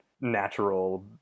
natural